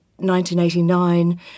1989